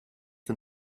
den